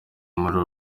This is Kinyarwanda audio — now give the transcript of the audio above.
muri